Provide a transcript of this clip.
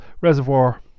reservoir